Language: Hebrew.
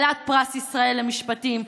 כלת פרס ישראל למשפטים,